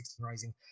Rising